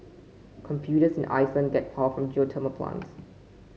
computers in Iceland get power from geothermal plants